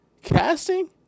casting